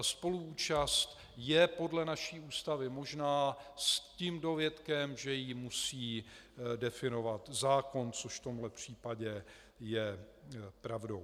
Spoluúčast je podle naší Ústavy, možná s tím dovětkem, že ji musí definovat zákon, což je v tomhle případě pravdou.